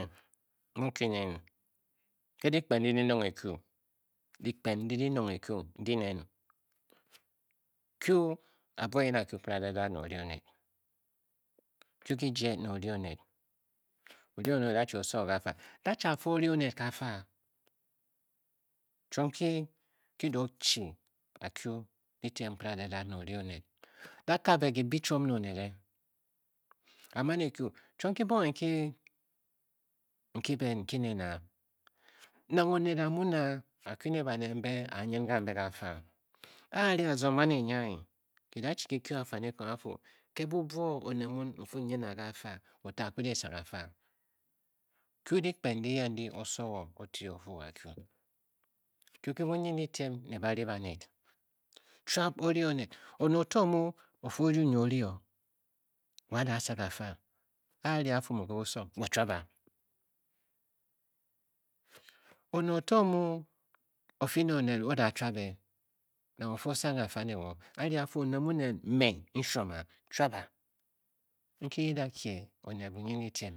ke dyikpen ndi dinong ekyu. dyikpen nfdinong e-kyu. n di nen Kyu. abuo eyen a Kyu pasradadad ne o ri oned Kyu kije ne ori oned. ori oned o das du osaa o kafa. da duba fe ori oned kafa duom nki ki da o dubne a Kyu dtitem kpaaradadad ne ori oned da kabe kibyi chiom ne oned e a man ekyu. Chuom kibong nki nki nen. nki nen a nang oned a muu nang?a Kyu ne baned mbe a a nyin gamble ga fa a a ri azong baned mbe anyinaki da chi ki kye afanikong a-fu ke bubuo oned mun nfi n-nyin a ka fa wo to a kped esaa kafa Kyu dyikpen ndi yen ndi osowo o-to o-Fu wo a Kyu. Kyu ke bunyin dujit lem ne bani baned. chuab o ri oned. one oto muu o fii o Ryu nyi o ri o. da saa ka fa a a ri as Fu mu ke busong wo chuab a. one oto mu o fii ne oned o da chuab e nang o fii o saa kafa ne wo. a ri a fu oned mu nen. MMA n-shwom a. chuab a nki gi da kye oned buying dyitiem